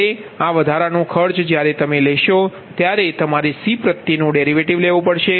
હવે આ વધારાનો ખર્ચ જ્યારે તમે લેશો ત્યારે તમારે C પ્રત્યે નો ડેરિવેટિવ લેવો પડશે